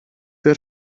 that